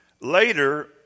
Later